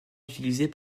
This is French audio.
utilisées